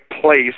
place